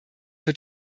wird